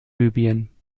libyen